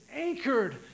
anchored